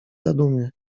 zadumie